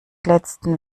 letzten